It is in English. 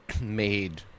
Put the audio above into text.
made